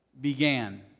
Began